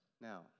Now